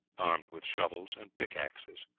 armed with shovels and pickaxes.